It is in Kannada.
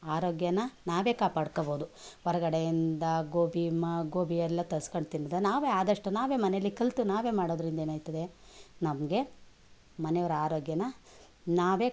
ಆರೋಗ್ಯನ ನಾವೇ ಕಾಪಾಡ್ಕಬೋದು ಹೊರಗಡೆಯಿಂದ ಗೋಬಿ ಮ ಗೋಬಿ ಎಲ್ಲ ತರ್ಸ್ಕಂಡು ತಿನ್ನದ್ ನಾವೇ ಆದಷ್ಟು ನಾವೇ ಮನೆಯಲ್ಲಿ ಕಲಿತು ನಾವೇ ಮಾಡೋದ್ರಿಂದ ಏನಾಯ್ತದೆ ನಮಗೆ ಮನೆಯವ್ರ ಆರೋಗ್ಯನ ನಾವೇ